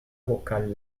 vocal